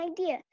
idea